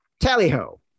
Tally-ho